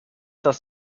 das